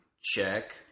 check